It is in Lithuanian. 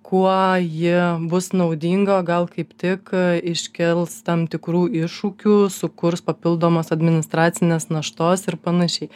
kuo ji bus naudinga o gal kaip tik iškils tam tikrų iššūkių sukurs papildomos administracinės naštos ir panašiai